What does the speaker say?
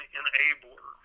enabler